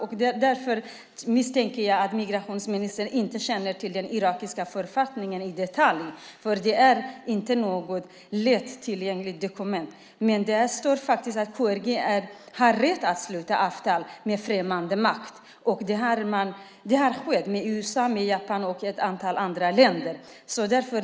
Jag misstänker att migrationsministern inte känner till den irakiska författningen i detalj; det är inte något lättillgängligt dokument. Men där står faktiskt att KRG har rätt att sluta avtal med främmande makt. Det har skett, med USA, Japan och ett antal andra länder.